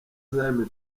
zion